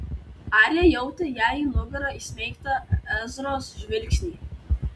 arija jautė jai į nugarą įsmeigtą ezros žvilgsnį